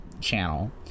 channel